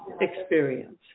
experience